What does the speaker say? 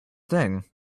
thing